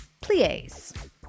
plies